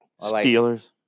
Steelers